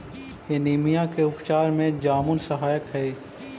anaemia के उपचार में जामुन सहायक हई